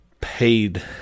paid